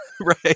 Right